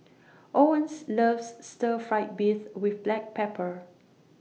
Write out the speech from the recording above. Owens loves Stir Fried Beef with Black Pepper